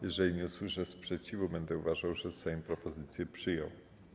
Jeżeli nie usłyszę sprzeciwu, będę uważał, że Sejm propozycję przyjął.